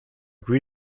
qui